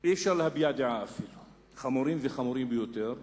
אפילו אי-אפשר להביע דעה, חמורים וחמורים ביותר.